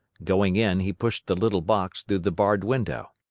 going in, he pushed the little box through the barred window.